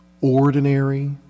ordinary